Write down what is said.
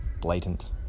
blatant